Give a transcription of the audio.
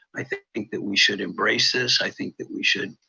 i think think that we should embrace this, i think that we should